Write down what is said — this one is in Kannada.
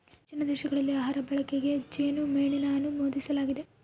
ಹೆಚ್ಚಿನ ದೇಶಗಳಲ್ಲಿ ಆಹಾರ ಬಳಕೆಗೆ ಜೇನುಮೇಣನ ಅನುಮೋದಿಸಲಾಗಿದೆ